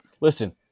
Listen